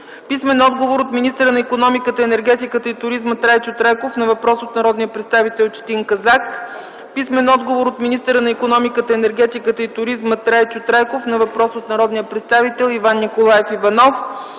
Михалевски; – министъра на икономиката, енергетиката и туризма Трайчо Трайков на въпрос от народния представител Четин Казак; – министъра на икономиката, енергетиката и туризма Трайчо Трайков на въпрос от народния представител Иван Николаев Иванов;